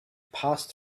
passed